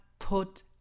Put